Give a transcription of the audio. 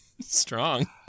strong